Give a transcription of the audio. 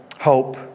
hope